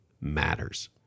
matters